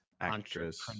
actress